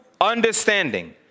understanding